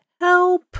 help